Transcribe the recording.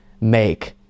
make